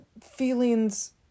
feelings